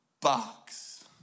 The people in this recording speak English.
box